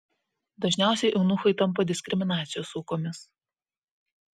dažniausiai eunuchai tampa diskriminacijos aukomis